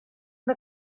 una